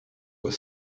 were